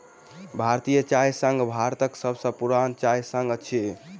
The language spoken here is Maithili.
भारतीय चाय संघ भारतक सभ सॅ पुरान चाय संघ अछि